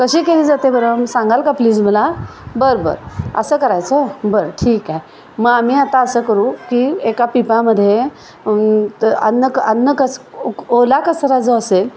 कशी केली जाते बरं सांगाल का प्लीज मला बरं बरं असं करायचं बरं ठीकय मग आम्ही आता असं करू की एका पिंपामध्ये त अन्न क अन्न कस ओला कसरा जो असेल